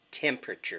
temperature